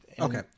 okay